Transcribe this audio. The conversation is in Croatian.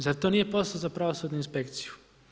Zar to nije posao za pravosudnu inspekciju?